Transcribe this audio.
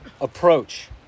approach